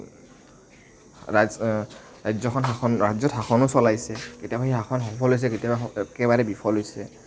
ৰাজ্য়খন ৰাজ্যত শাসনো চলাইছে কেতিয়াবা সেই শাসন সফল হৈছে কেতিয়াবা একেবাৰে বিফল হৈছে